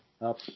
Up